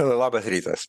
labas rytas